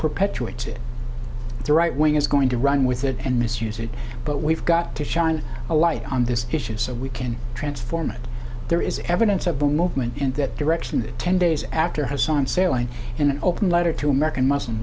perpetuated the right wing is going to run with it and misuse it but we've got to shine a light on this issue so we can transform it there is evidence of the movement in that direction that ten days after hassan sailing in an open letter to american muslim